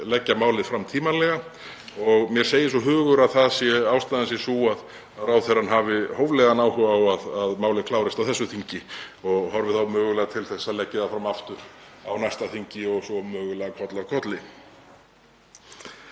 leggja málið fram tímanlega. Mér segir svo hugur að ástæðan sé sú að ráðherrann hafi hóflegan áhuga á að málið klárist á þessu þingi og horfi þá mögulega til þess að leggja það fram aftur á næsta þingi og svo koll af kolli.